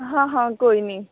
ਹਾਂ ਹਾਂ ਕੋਈ ਨਾ